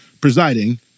presiding